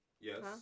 Yes